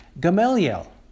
Gamaliel